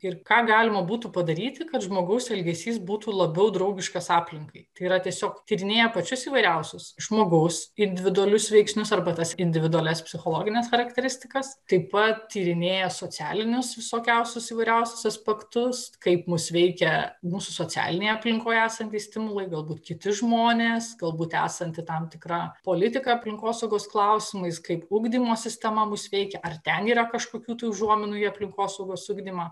ir ką galima būtų padaryti kad žmogaus elgesys būtų labiau draugiškas aplinkai tai yra tiesiog tyrinėja pačius įvairiausius žmogaus individualius veiksnius arba tas individualias psichologines charakteristikas taip pat tyrinėja socialinius visokiausius įvairiausius faktus kaip mus veikia mūsų socialinėje aplinkoje esantys stimulai galbūt kiti žmonės galbūt esanti tam tikra politika aplinkosaugos klausimais kaip ugdymo sistema mus veikia ar ten yra kažkokių tų užuominų į aplinkosaugos ugdymą